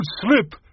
slip